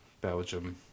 Belgium